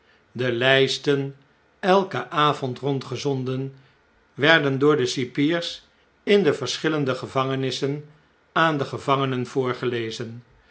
de lijsten elken avond rondgezonden werden door de cipiers in de verschillende gevangenissen aan de gevangenen voorgelezen